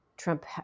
Trump